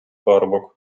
парубок